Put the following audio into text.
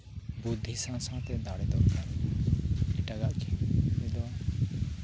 ᱵᱩᱫᱽᱫᱷᱤ ᱥᱟᱣ ᱥᱟᱣᱛᱮ ᱫᱟᱲᱮ ᱫᱚᱨᱠᱟᱨᱚᱜᱼᱟ ᱮᱴᱟᱜᱟᱜ ᱠᱷᱮᱞ ᱨᱮᱫᱚ